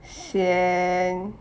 sian